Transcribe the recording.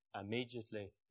immediately